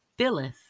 filleth